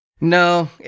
No